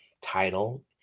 title